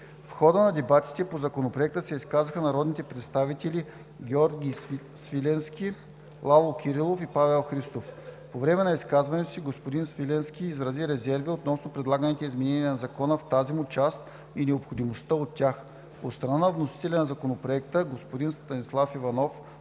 В хода на дебатите по Законопроекта се изказаха народните представители: Георги Свиленски, Лало Кирилов и Павел Христов. По време на изказването си господин Свиленски изрази резерви относно предлаганите изменения на закона в тази му част и необходимостта от тях. От страна на вносителя на Законопроекта, господин Станислав Иванов,